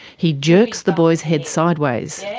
he jerks the boy's head sideways.